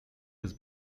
his